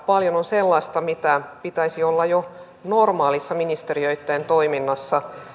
paljon on sellaista mitä pitäisi olla jo normaalissa ministeriöitten toiminnassa